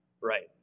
Right